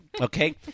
Okay